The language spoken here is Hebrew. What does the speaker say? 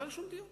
לא היה שום דיון